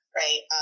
right